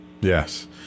Yes